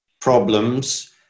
problems